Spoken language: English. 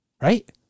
Right